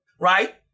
right